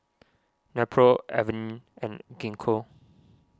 Nepro Avene and Gingko